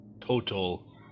Total